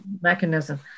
mechanism